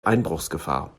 einbruchsgefahr